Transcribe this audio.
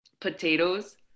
potatoes